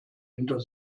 hinter